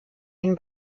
den